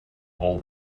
all